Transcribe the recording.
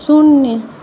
शून्य